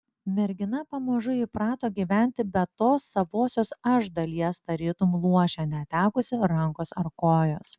mergina pamažu įprato gyventi be tos savosios aš dalies tarytum luošė netekusi rankos ar kojos